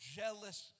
jealous